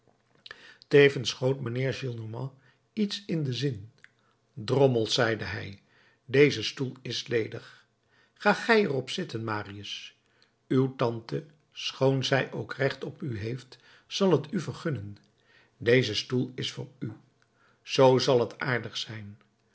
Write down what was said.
tevens schoot mijnheer gillenormand iets in den zin drommels zeide hij deze stoel is ledig ga gij er op zitten marius uw tante schoon zij ook recht op u heeft zal t u vergunnen deze stoel is voor u zoo zal t aardig zijn